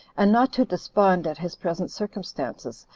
and not to despond at his present circumstances,